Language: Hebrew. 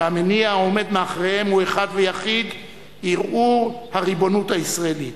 שהמניע העומד מאחוריהם הוא אחד ויחיד: ערעור הריבונות הישראלית.